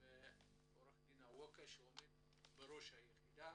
ועו"ד אווקה שעומד בראש היחידה.